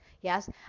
Yes